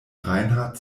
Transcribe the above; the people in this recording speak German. reinhard